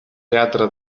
teatre